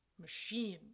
machine